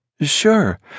Sure